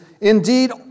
Indeed